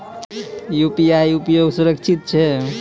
UPI उपयोग सुरक्षित छै?